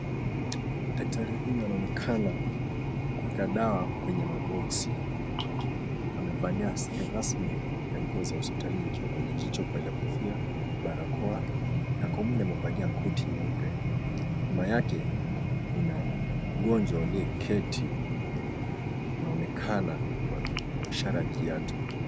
Daktari huyu anaonekana kuweka dawa kwenye maboksi. Amevalia sare rasmi ya nguo za hospitalini ikiwa kwenye kichwa kofia amevalia barakoa na kwa mwili amevalia koti nyeupe. Nyuma yake kuna mgonjwa aliyeketi, anaonekana kwa ishara ya kiatu.